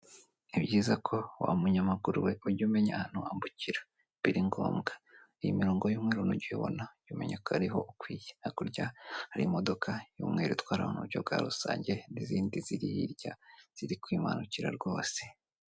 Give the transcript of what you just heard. Ni byiza ko wa munyamaguru we ujya umenya ahantu ambukira biri ngombwa iyi mirongo y'mweru mu gihe uyibona umenya ko ariho ukwiye, hakurya harimo y'umweru itwara mu buryo bwa rusange n'izindi ziri hirya ziri kwimanukira rwose.